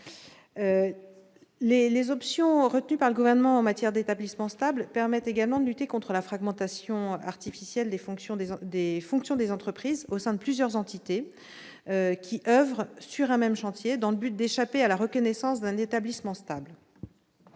Les options retenues par le Gouvernement à propos des établissements stables permettent également de lutter contre la fragmentation artificielle des fonctions des entreprises au sein de plusieurs entités, quand elles oeuvrent sur un même chantier dans le but d'échapper à la reconnaissance d'un établissement stable.